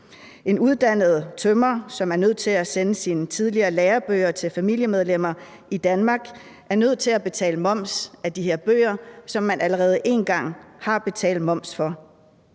en uddannet tømrer, som er nødt til at sende sine tidligere lærebøger til familiemedlemmer i Danmark, og som er nødt til at betale moms af de her bøger, som han allerede en gang har betalt moms af;